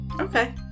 Okay